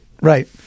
right